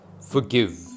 Forgive